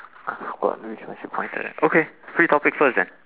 I forgot which one should come first okay free topic first then